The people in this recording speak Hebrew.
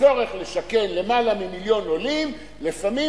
הצורך לשכן למעלה ממיליון עולים לפעמים